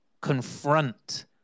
confront